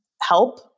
help